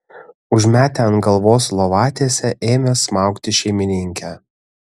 užmetę ant galvos lovatiesę ėmė smaugti šeimininkę